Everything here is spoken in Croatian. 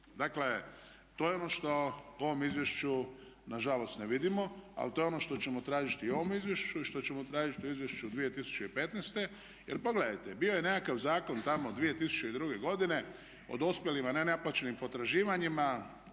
Dakle, to je ono što u ovom izvješću nažalost ne vidimo, ali to je ono što ćemo tražiti u ovom izvješću i što ćemo tražiti u izvješću 2015. Jer pogledajte bio je nekakav zakon tamo 2002.godine o dospjelim nenaplaćenim potraživanjima